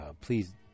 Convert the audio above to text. please